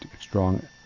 strong